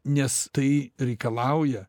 nes tai reikalauja